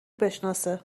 بشناسه